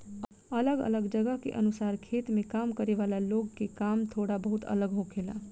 अलग अलग जगह के अनुसार खेत में काम करे वाला लोग के काम थोड़ा बहुत अलग होखेला